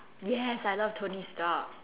yes I love tony-stark